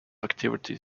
activity